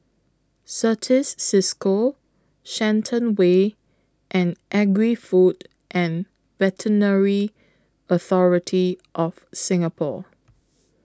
Certis CISCO Shenton Way and Agri Food and Veterinary Authority of Singapore